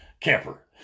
Camper